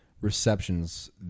receptions